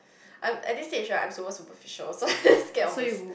I'm at this stage right I'm super superficial so I'm just scared of the